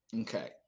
Okay